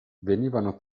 venivano